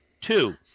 Two